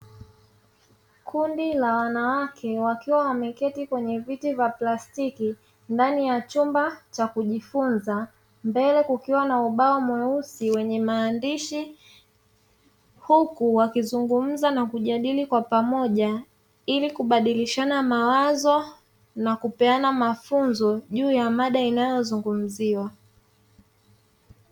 Kundi la wanawake, wakiwa wameketi kwenye viti vya plastiki, ndani ya chumba cha kujifunza. Mbele kukiwa na ubao mweusi wenye maandishi, huku wakizungumza na kujadili kwa pamoja. Ili kubadilishana mawazo na kupeana mafunzo juu ya mada inayozungumziwa.